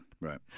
Right